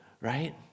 right